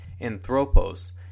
Anthropos